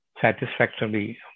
satisfactorily